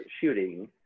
shooting